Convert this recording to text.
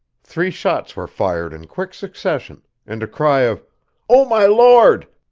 three shots were fired in quick succession, and a cry of oh, my lord!